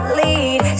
lead